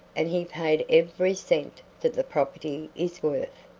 and he paid every cent that the property is worth.